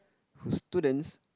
whose students